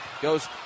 Goes